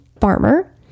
Farmer